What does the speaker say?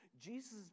Jesus